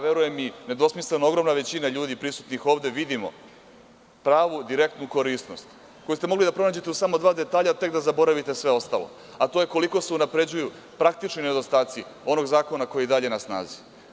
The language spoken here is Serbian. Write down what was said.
Verujem i nedvosmisleno ogromna većina ljudi prisutnih ovde vidimo pravu direktnu korisnost koju ste mogli da pronađete u samo dva detalja tek da zaboravite sve ostalo, a to je koliko se unapređuju praktični nedostaci onog zakona koji je i dalje na snazi.